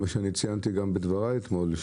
כפי שציינתי גם בדבריי אתמול,